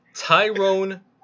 Tyrone